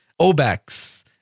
Obex